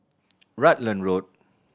Rutland Road